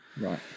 Right